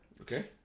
okay